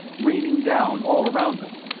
raining down all around them,